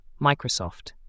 Microsoft